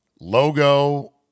logo